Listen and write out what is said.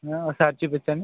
ఓక సారి చూపించ్చండి